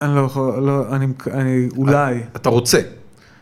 אני לא יכול.. אני.. אולי... אתה רוצה.